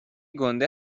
گنده